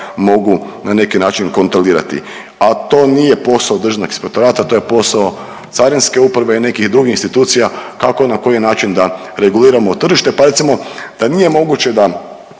mogu na neki način kontrolirati. A to nije posao Državnog inspektora, to je posao Carinske uprave i nekih drugih institucija kako na koji način da reguliramo tržište. Pa recimo da nije moguće da